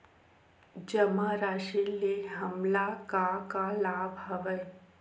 जमा राशि ले हमला का का लाभ हवय?